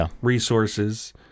resources